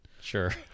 Sure